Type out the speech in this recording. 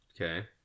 Okay